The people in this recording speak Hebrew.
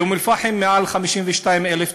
באום-אלפחם מעל 52,000 תושבים,